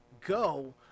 go